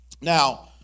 Now